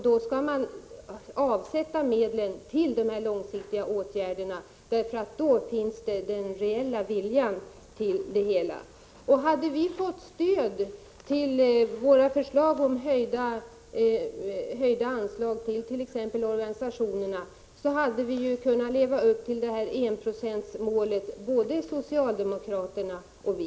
Det bör avsättas medel till de långsiktiga åtgärderna, därför att det då också kommer att finnas en reell vilja att göra någonting. Hade vi fått stöd för våra förslag om t.ex. höjning av anslagen till organisationerna, hade både socialdemokraterna och vi kunnat leva upp till enprocentsmålet.